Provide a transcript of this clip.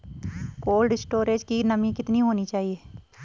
Cold storage की नमी कितनी होनी चाहिए?